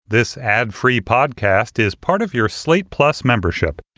this ad free podcast is part of your slate plus membership